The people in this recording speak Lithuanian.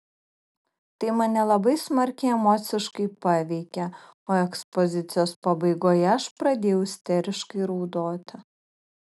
tai mane labai smarkiai emociškai paveikė o ekspozicijos pabaigoje aš pradėjau isteriškai raudoti